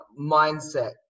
mindset